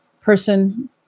person